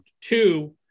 Two